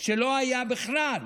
שלא הייתה בכלל,